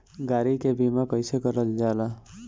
गाड़ी के बीमा कईसे करल जाला?